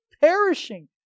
perishing